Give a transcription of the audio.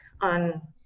on